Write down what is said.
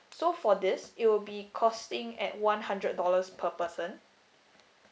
so for this it will be costing at one hundred dollars per person